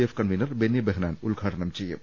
F convener Benny Behanan ഉദ്ഘാടനം ചെയ്യും